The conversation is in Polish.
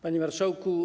Panie Marszałku!